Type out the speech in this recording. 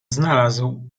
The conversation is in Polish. znalazł